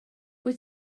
wyt